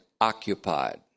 occupied